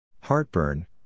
Heartburn